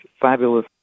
fabulous